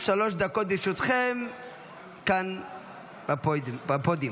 שלוש דקות לרשותכם כאן בפודיום.